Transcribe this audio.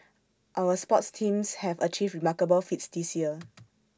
our sports teams have achieved remarkable feats this year